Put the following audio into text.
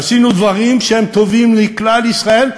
עשינו דברים שהם טובים לכלל ישראל,